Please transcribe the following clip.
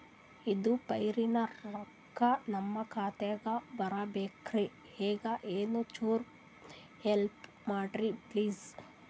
ಇದು ಫಾರಿನ ರೊಕ್ಕ ನಮ್ಮ ಖಾತಾ ದಾಗ ಬರಬೆಕ್ರ, ಹೆಂಗ ಏನು ಚುರು ಹೆಲ್ಪ ಮಾಡ್ರಿ ಪ್ಲಿಸ?